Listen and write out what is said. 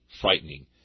frightening